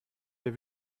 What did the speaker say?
der